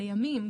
לימים,